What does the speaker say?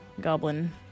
goblin